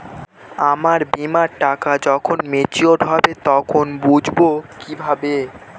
আমার বীমার টাকা যখন মেচিওড হবে তখন বুঝবো কিভাবে?